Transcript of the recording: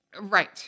Right